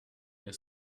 you